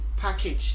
package